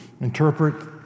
interpret